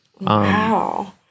Wow